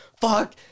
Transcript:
Fuck